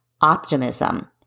optimism